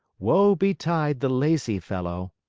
woe betide the lazy fellow!